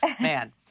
Man